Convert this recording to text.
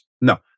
No